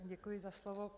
Děkuji za slovo.